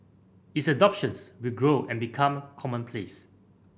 its adoptions will grow and become commonplace